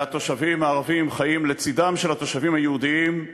והתושבים הערבים חיים לצדם של התושבים היהודים.